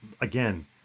again